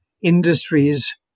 industries